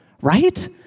right